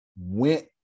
Went